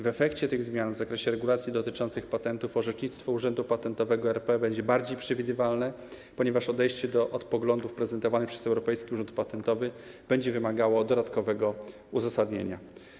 W efekcie tych zmian w zakresie regulacji dotyczących patentów orzecznictwo Urzędu Patentowego RP będzie bardziej przewidywalne, ponieważ odejście od poglądów prezentowanych przez Europejski Urząd Patentowy będzie wymagało dodatkowego uzasadnienia.